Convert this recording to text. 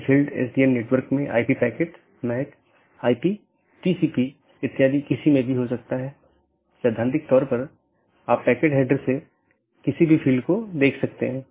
और फिर दूसरा एक जीवित है जो यह कहता है कि सहकर्मी उपलब्ध हैं या नहीं यह निर्धारित करने के लिए कि क्या हमारे पास वे सब चीजें हैं